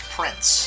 Prince